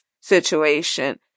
situation